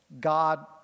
God